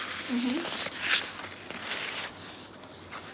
mmhmm